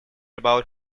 about